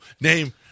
Name